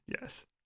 Yes